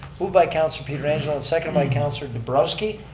move by councilor pietrangelo, and seconded by councilor dabrowski.